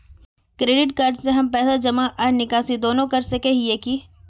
Credit card से हम पैसा जमा आर निकाल दोनों कर सके हिये की?